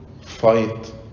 fight